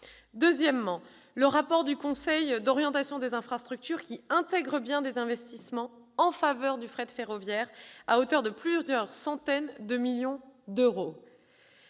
Je pense aussi au rapport du Conseil d'orientation des infrastructures qui intègre bien des investissements en faveur du fret ferroviaire à hauteur de plusieurs centaines de millions d'euros